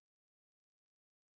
or nursing